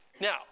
Now